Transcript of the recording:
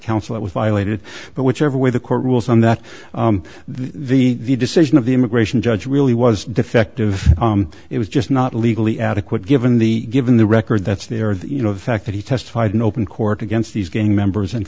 counsel it was violated but whichever way the court rules on that the decision of the immigration judge really was defective it was just not legally adequate given the given the record that's there you know the fact that he testified nope court against these gang members and